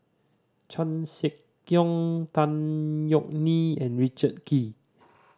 Chan Sek Keong Tan Yeok Nee and Richard Kee